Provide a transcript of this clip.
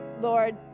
Lord